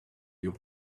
you